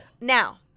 Now